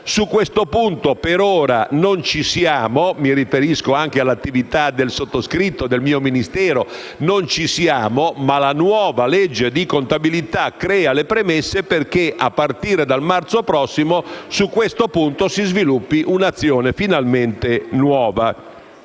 Su questo punto, per ora, non ci siamo, e mi riferisco anche all'attività del sottoscritto e del mio Ministero. Ma la nuova legge di contabilità crea le premesse perché, a partire dal marzo prossimo, su questo punto si sviluppi un'azione finalmente nuova.